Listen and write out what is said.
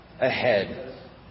ahead